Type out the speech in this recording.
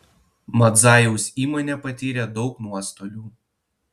madzajaus įmonė patyrė daug nuostolių